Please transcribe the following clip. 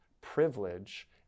privilege